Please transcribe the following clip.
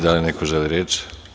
Da li neko želi reč?